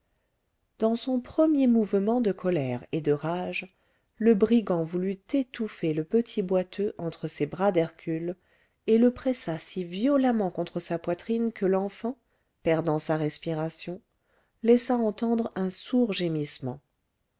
dans son premier mouvement de colère et de rage le brigand voulut étouffer le petit boiteux entre ses bras d'hercule et le pressa si violemment contre sa poitrine que l'enfant perdant sa respiration laissa entendre un sourd gémissement